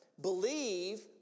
believe